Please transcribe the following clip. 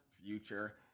Future